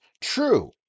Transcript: true